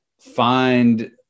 find